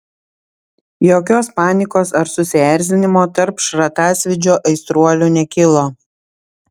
jokios panikos ar susierzinimo tarp šratasvydžio aistruolių nekilo